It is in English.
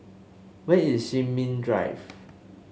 where is Sin Ming Drive